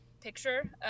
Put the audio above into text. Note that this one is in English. picture